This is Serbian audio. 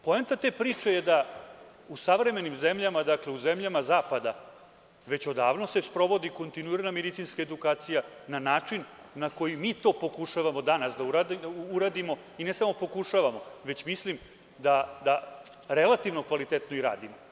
Poenta te priče je da se u savremenim zemljama, dakle, u zemljama zapada, već odavno sprovodi kontinuirana medicinska edukacija, na način na koji mi to pokušavamo danas da uradimo, i ne samo pokušavamo, već mislim da relativno kvalitetno i radimo.